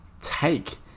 take